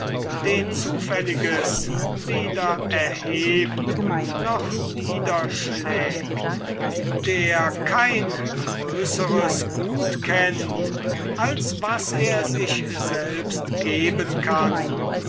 den zufälliges weder erhebt noch nieder schlägt der kein größeres gut kennt als was er sich selbst geben kann